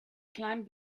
climbed